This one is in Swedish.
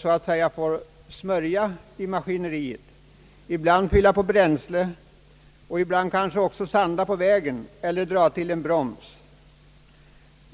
så att säga får smörja maskineriet, ibland fylla på bränsle och ibland kanske också sanda på vägen eller dra till en broms.